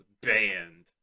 banned